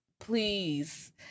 Please